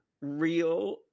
real